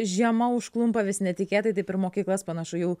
žiema užklumpa vis netikėtai taip ir mokyklas panašu jau